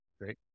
Great